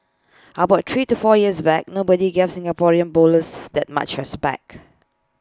how about three to four years back nobody gave Singaporean bowlers that much has back